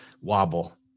wobble